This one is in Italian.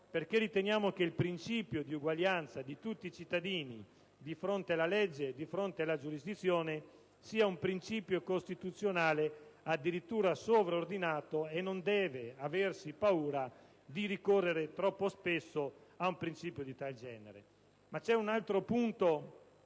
perché riteniamo che il principio di uguaglianza di tutti cittadini di fronte alla legge e di fronte alla giurisdizione sia un principio costituzionale addirittura sovraordinato e che non debba aversi paura di ricorrere troppo spesso ad un principio di tal genere. Ma c'è un altro punto,